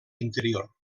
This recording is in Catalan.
interior